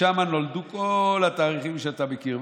משם נולדו כל התאריכים שאתה מכיר.